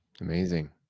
Amazing